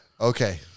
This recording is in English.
Okay